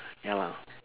ya lah